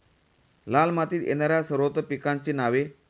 लाल मातीत येणाऱ्या सर्वोत्तम पिकांची नावे?